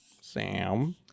Sam